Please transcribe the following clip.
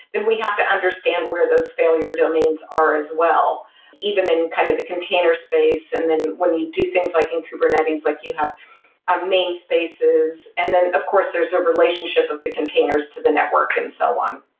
then we have to understand where those failure domains are as well even in kind of the container space. and then when you do things like in kubernetes, like you have name spaces. and then of course there's a relationship of the containers to the network and so on.